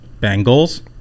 Bengals